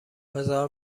هزار